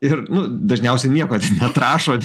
ir nu dažniausiai nieko ten neatrašo